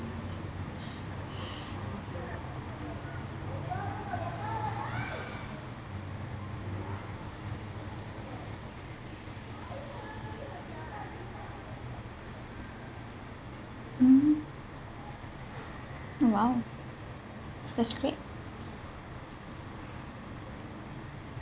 mm !wow! that's great